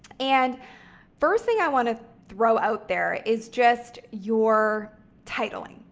and first thing i want to throw out there is just your titling.